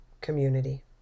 Community